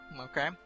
Okay